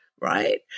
right